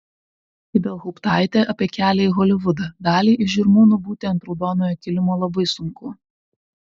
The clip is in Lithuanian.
ibelhauptaitė apie kelią į holivudą daliai iš žirmūnų būti ant raudonojo kilimo labai sunku